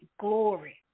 glory